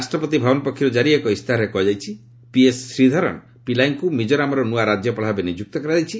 ରାଷ୍ଟ୍ରପତି ଭବନ ପକ୍ଷରୁ ଜାରି ଏକ ଇସ୍ତାହାରରେ କୁହାଯାଇଛି ପିଏସ୍ ଶ୍ରୀଧରନ ପିଲାଇଙ୍କୁ ମିଜୋରାମର ନ୍ନଆ ରାଜ୍ୟପାଳ ଭାବେ ନିଯୁକ୍ତ କରାଯାଇଛି